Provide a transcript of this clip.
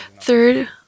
Third